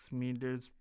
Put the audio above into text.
meters